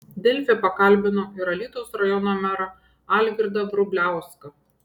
delfi pakalbino ir alytaus rajono merą algirdą vrubliauską